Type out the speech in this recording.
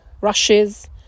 rushes